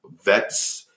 vets